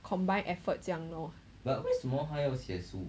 combined effort 这样 lor